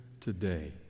today